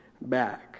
back